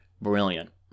Brilliant